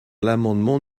l’amendement